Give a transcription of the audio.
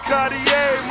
Cartier